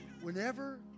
whenever